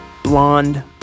blonde